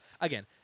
Again